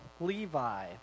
Levi